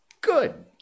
Good